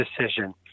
decision